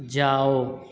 جاؤ